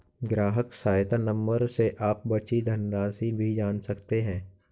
ग्राहक सहायता नंबर से आप बची धनराशि भी जान सकते हैं